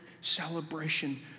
celebration